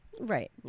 right